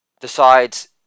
decides